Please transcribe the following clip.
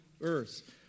earth